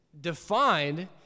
defined